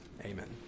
Amen